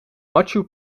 machu